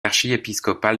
archiépiscopal